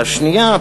השנייה,